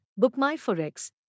BookMyForex